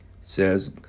Says